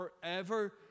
forever